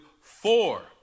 four